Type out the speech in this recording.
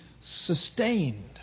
sustained